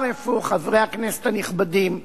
חברי הכנסת הנכבדים,